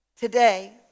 Today